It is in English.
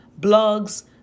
blogs